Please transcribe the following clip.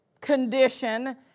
condition